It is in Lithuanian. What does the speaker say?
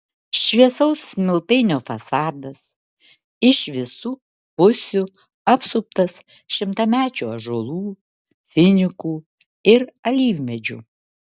šviesaus smiltainio fasadas iš visų pusių apsuptas šimtamečių ąžuolų finikų ir alyvmedžių